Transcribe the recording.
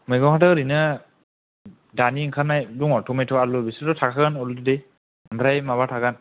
मैगंआथ' ओरैनो दानि ओंखारनाय दङो थमेथ' आलु बिसोरथ' थाखागोन अलरेडि आमफ्राय माबा थागोन